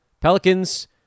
Pelicans